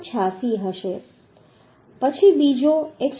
86 હશે પછી બીજો 117